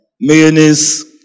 Mayonnaise